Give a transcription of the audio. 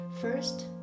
First